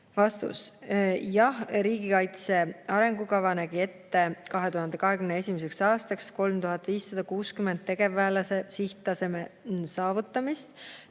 Vastus. Jah, riigikaitse arengukava nägi ette 2021. aastaks 3560 tegevväelase sihttaseme saavutamist.